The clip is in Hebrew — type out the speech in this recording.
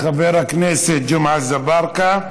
תודה לחבר הכנסת ג'מעה אזברגה.